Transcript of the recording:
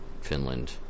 Finland